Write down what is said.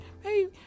Hey